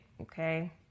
okay